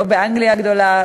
לא באנגליה הגדולה,